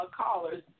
callers